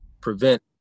prevent